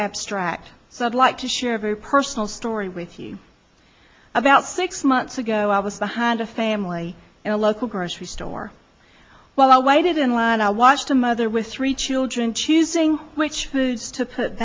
abstract so i'd like to share a very personal story with you about six months ago i was behind a family at a local grocery store while i waited in line i watched a mother with three children choosing which foods to